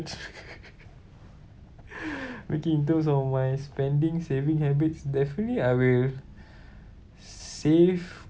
okay in terms of my spending saving habits definitely I will save